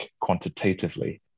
quantitatively